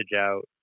out